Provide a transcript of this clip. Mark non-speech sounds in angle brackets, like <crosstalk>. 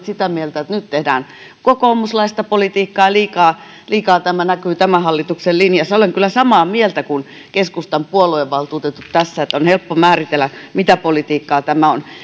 <unintelligible> sitä mieltä että nyt tehdään kokoomuslaista politiikkaa ja liikaa liikaa tämä näkyy tämän hallituksen linjassa olen kyllä samaa mieltä kuin keskustan puoluevaltuutetut tässä että on helppo määritellä mitä politiikkaa tämä on